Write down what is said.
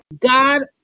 God